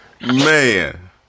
Man